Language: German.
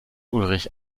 ulrich